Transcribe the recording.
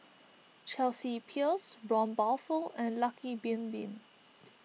Chelsea Peers Braun Buffel and Lucky Bin Bin